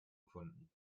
gefunden